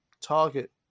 Target